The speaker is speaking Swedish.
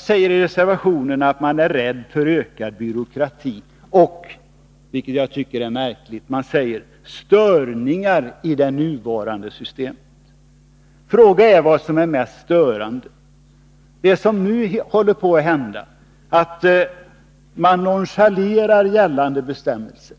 säger i reservationen att de är rädda för ökad byråkrati och — vilket jag tycker är märkligt —- störningar i det nuvarande systemet. Frågan är vad som är mest störande — byråkratin eller den nuvarande nonchalansen mot gällande bestämmelser.